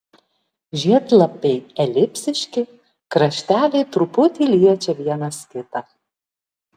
žiedlapiai elipsiški krašteliai truputį liečia vienas kitą